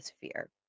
Fear